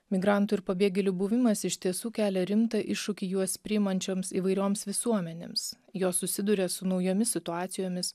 migrantų ir pabėgėlių buvimas iš tiesų kelia rimtą iššūkį juos priimančioms įvairioms visuomenėms jos susiduria su naujomis situacijomis